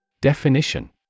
Definition